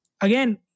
again